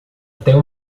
tem